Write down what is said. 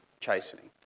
chastening